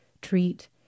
treat